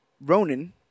Ronan